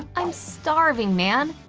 i'm starving man.